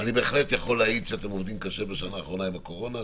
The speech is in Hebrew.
אני בהחלט יכול להעיד שאתם עובדים קשה בשנה האחרונה עם הקורונה,